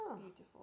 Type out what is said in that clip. beautiful